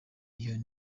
iyo